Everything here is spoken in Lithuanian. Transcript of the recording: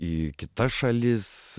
į kitas šalis